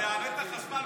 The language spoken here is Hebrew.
זה יעלה את החשמל ב-4%.